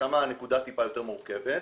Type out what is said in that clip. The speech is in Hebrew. שם הנקודה טיפה יותר מורכבת.